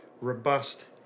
robust